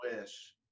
Wish